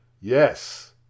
yes